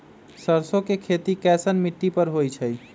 सरसों के खेती कैसन मिट्टी पर होई छाई?